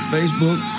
Facebook